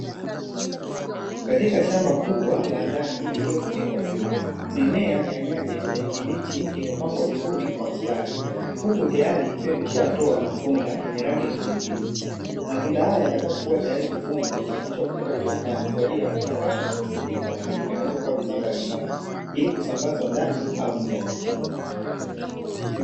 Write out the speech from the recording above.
Katika shamba kubwa la ndani lililofunikwa juu, mimea ya nyaya ya kijani kibichi, imepangwa vizuri kwa mstari, huku tayari ikiwa imeshatoa matunda yenye rangi ya kijani kibichi. Matunda haya yatakapokuwa tayari kuvunwa, yatasafirishwa kupelekwa kiwandani kwa ajili ya kuchakatwa na kusindikwa na kutengenezwa kuwa bidhaa mbalimbali, ili kusambazwa ndani au nje ya nchi.